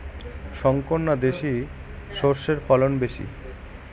শংকর না দেশি সরষের ফলন বেশী?